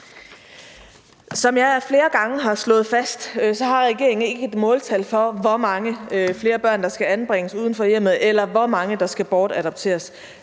Som jeg flere gange har slået fast, har regeringen ikke et måltal for, hvor mange flere børn der skal anbringes uden for hjemmet, eller hvor mange der skal bortadopteres.